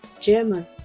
German